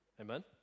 Amen